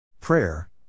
Prayer